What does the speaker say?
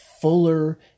fuller